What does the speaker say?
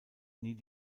nie